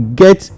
get